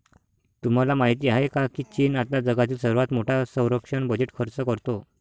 तुम्हाला माहिती आहे का की चीन आता जगातील सर्वात मोठा संरक्षण बजेट खर्च करतो?